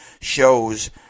shows